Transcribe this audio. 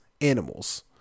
animals